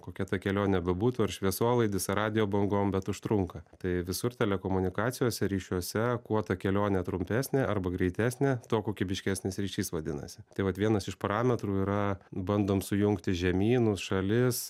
kokia ta kelionė bebūtų ar šviesolaidis ar radijo bangom bet užtrunka tai visur telekomunikacijos ryšiuose kuo ta kelionė trumpesnė arba greitesnė tuo kokybiškesnis ryšys vadinasi tai vat vienas iš parametrų yra bandom sujungti žemynus šalis